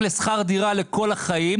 דם לדם.